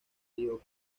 río